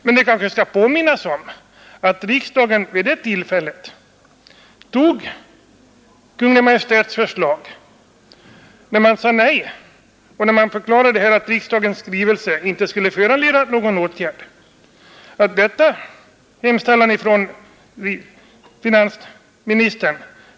Men jag skall kanske påminna om att riksdagen antog Kungl. Maj:ts förslag att riksdagens skrivelse inte skulle föranleda någon åtgärd.